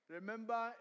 Remember